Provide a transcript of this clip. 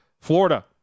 Florida